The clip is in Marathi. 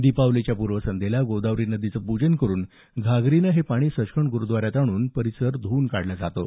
दीपावलीच्या पूर्वसंध्येला गोदावरी नदीचं पूजन करून घागरीनं हे पाणी सचखंड ग्रुद्वाऱ्यात आणून परिसर ध्ववून काढला जातो